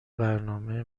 برنامه